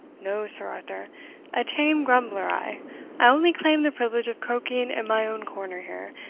no sir arthur a tame grumbler i. i only claim the privilege of croaking in my own corner here,